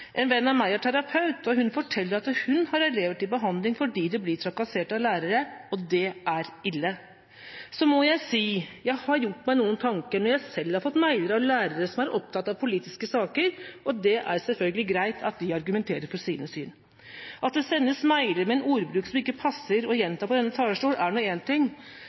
En venn av meg er terapeut, og hun forteller at hun har elever til behandling som blir trakassert av lærere. Det er ille. Så må jeg si at jeg har gjort meg noen tanker når jeg selv har fått mailer av lærere som er opptatt av politiske saker. Det er selvfølgelig greit at de argumenterer for sitt syn. At det sendes mailer med en ordbruk som det ikke passer å gjenta fra denne talerstolen, er nå én ting,